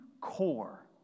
core